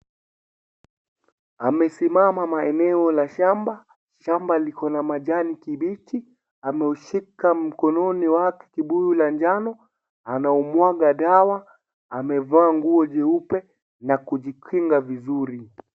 Amesimama maeneo la shamba. Shamba likona majani kibichi amaushika mikononi mwake kibuyu la njano anaumwaga dawa amevaa nguo jeupe na kujikinga vizuri.